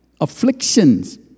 afflictions